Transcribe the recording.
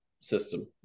system